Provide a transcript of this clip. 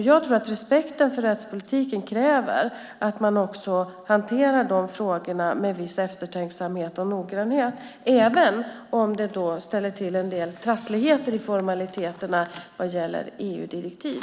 Jag tror att respekten för rättspolitiken kräver att man hanterar de frågorna med viss eftertänksamhet och noggrannhet, även om det ställer till en del trassligheter i formaliteterna vad gäller EU-direktiv.